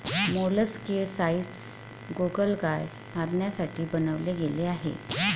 molluscicides गोगलगाय मारण्यासाठी बनवले गेले आहे